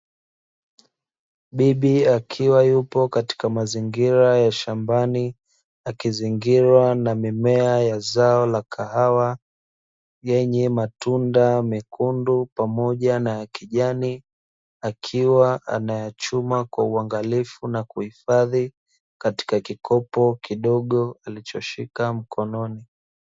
Bibi akiwa yupo katika mazingira ya shambani, akizingirwa na mimea ya zao la kahawa, lenye matunda mekundu pamoja na ya kijani, akiwa anayachuma kwa uangalifu na kuhifadhi, katika kikopo kidogo alichoshika mkononi.